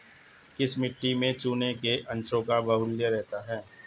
किस मिट्टी में चूने के अंशों का बाहुल्य रहता है?